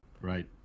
right